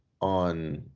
on